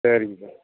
சரிங்க சார்